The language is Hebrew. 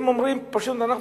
הם אומרים: פשוט אנחנו,